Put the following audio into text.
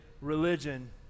religion